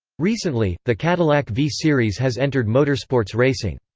recently, the cadillac v-series has entered motorsports racing.